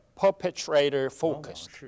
perpetrator-focused